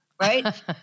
right